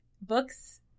books